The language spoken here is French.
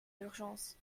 l’urgence